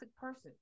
person